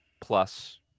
plus